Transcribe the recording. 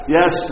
Yes